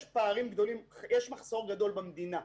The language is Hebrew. יש מחסור גדול במדינה.